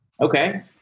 Okay